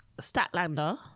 Statlander